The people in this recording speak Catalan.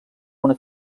una